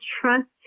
trust